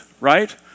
right